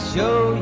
show